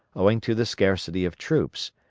owing to the scarcity of troops,